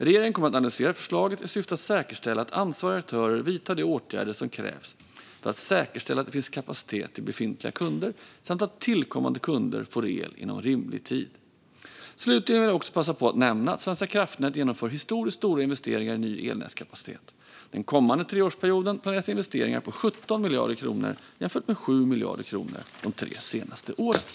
Regeringen kommer att analysera förslagen i syfte att säkerställa att ansvariga aktörer vidtar de åtgärder som krävs för att säkerställa att det finns kapacitet till befintliga kunder samt att tillkommande kunder får el inom rimlig tid. Slutligen vill jag också passa på att nämna att Svenska kraftnät genomför historiskt stora investeringar i ny elnätskapacitet. Den kommande treårsperioden planeras investeringar på 17 miljarder kronor, jämfört med 7 miljarder kronor de senaste tre åren.